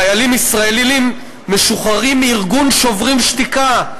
חיילים ישראלים משוחררים, מארגון "שוברים שתיקה",